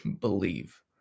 believe